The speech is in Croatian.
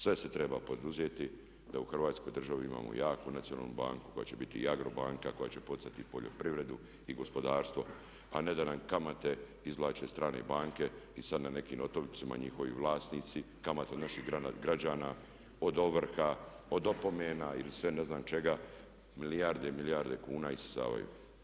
Sve se treba poduzeti da u Hrvatskoj državi imamo jaku nacionalnu banku koja će biti i agro banka, koja će poticati poljoprivredu i gospodarstvo a ne da nam kamate izvlače strane banke i sada na nekim otocima njihovi vlasnici, kamatu naših građana od ovrha, od opomena ili sve ne znam čega, milijarde i milijarde kuna isisavaju.